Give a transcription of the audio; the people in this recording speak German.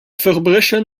verbrechen